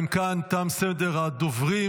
אם כן, תם סדר הדוברים.